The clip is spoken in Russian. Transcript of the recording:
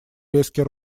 резкий